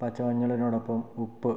പച്ചമഞ്ഞളിനോടൊപ്പം ഉപ്പ്